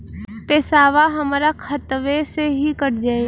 पेसावा हमरा खतवे से ही कट जाई?